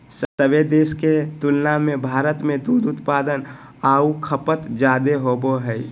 सभे देश के तुलना में भारत में दूध उत्पादन आऊ खपत जादे होबो हइ